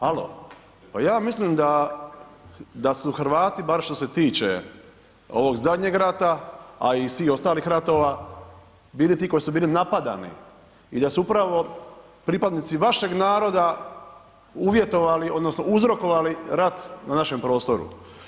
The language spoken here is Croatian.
Halo, pa ja mislim da su Hrvati baš što se tiče ovog zadnjeg rata, a i svih ostalih ratova, bili ti koji su bili napadani i da su upravo pripadnici vašeg naroda uvjetovali, odnosno uzrokovali rat na našem prostoru.